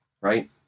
right